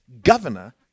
governor